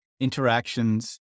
interactions